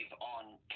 on